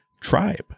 tribe